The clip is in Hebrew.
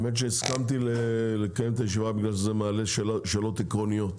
הסכמתי לקיים את הישיבה בגלל שהנושא מעלה שאלות עקרוניות.